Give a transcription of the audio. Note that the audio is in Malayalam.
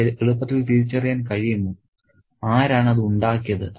അത് എളുപ്പത്തിൽ തിരിച്ചറിയാൻ കഴിയുമോ ആരാണ് അത് ഉണ്ടാക്കിയത്